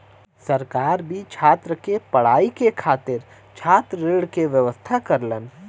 सरकार भी छात्र के पढ़ाई के खातिर छात्र ऋण के व्यवस्था करलन